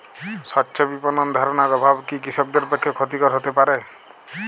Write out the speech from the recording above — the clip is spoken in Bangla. স্বচ্ছ বিপণন ধারণার অভাব কি কৃষকদের পক্ষে ক্ষতিকর হতে পারে?